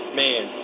man